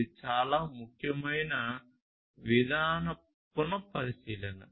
ఇది చాలా ముఖ్యమైన విధాన పున పరిశీలన